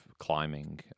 climbing